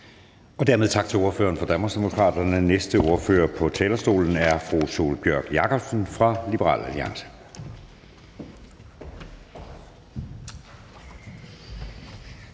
Og dermed tak til ordføreren for Danmarksdemokraterne. Næste ordfører på talerstolen er fru Sólbjørg Jakobsen fra Liberal Alliance.